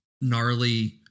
gnarly